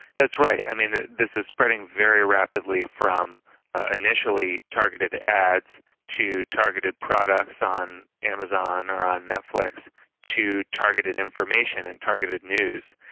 that's right. this is spreading very rapidly from initially targeted ads to targeted products on amazon or on netflix to targeted information and targeted news.